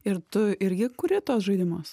ir tu irgi kuri tuos žaidimus